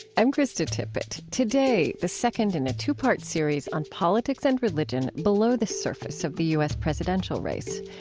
i'm krista tippett. today, the second in a two-party series on politics and religion below the surface of the u s. presidential race.